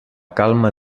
calma